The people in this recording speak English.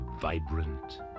vibrant